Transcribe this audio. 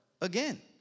again